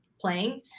playing